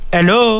Hello